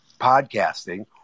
podcasting